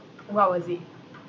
what was it